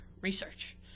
research